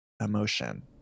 emotion